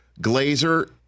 Glazer